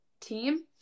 team